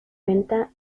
venta